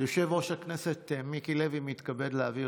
יושב-ראש הכנסת מיקי לוי מתכבד להעביר